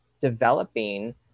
developing